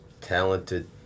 talented